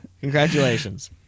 Congratulations